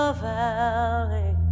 valley